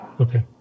Okay